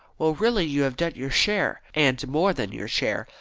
well, really you have done your share, and more than your share.